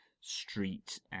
street